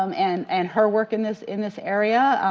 um and and her work in this in this area,